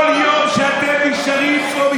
כל יום שאתם נשארים פה,